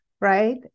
right